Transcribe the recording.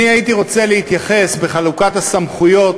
הייתי רוצה להתייחס בנושא חלוקת הסמכויות